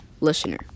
Listener